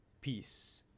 Peace